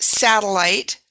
satellite